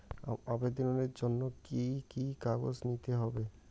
আবেদনের জন্য কি কি কাগজ নিতে হবে?